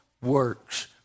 works